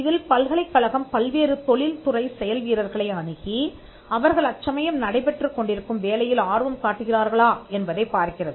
இதில் பல்கலைக்கழகம் பல்வேறு தொழில்துறை செயல் வீரர்களை அணுகி அவர்கள் அச்சமயம் நடைபெற்றுக் கொண்டிருக்கும் வேலையில் ஆர்வம் காட்டுகிறார்களா என்பதைப் பார்க்கிறது